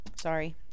Sorry